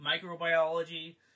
microbiology